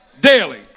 daily